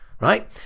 right